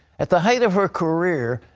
at the height of her career,